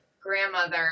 grandmother